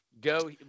go